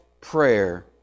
prayer